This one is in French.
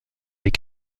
les